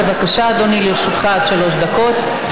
בבקשה, אדוני, לרשותך עד שלוש דקות.